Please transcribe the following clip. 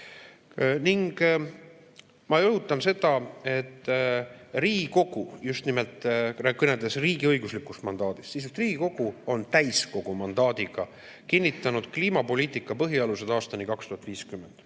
Ning ma rõhutan seda, et Riigikogu, just nimelt kõneldes riigiõiguslikust mandaadist, on täiskogu mandaadiga kinnitanud "Kliimapoliitika põhialused aastani 2050".